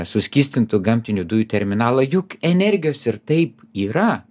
suskystintų gamtinių dujų terminalą juk energijos ir taip yra